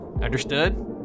Understood